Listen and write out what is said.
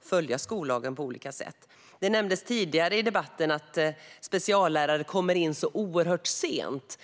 följa skollagen på olika sätt. Det nämndes tidigare i debatten att speciallärare kommer in oerhört sent.